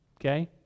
Okay